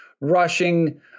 rushing